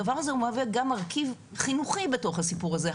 הדבר הזה מהווה גם מרכיב חינוכי בתוך הסיפור הזה.